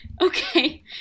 okay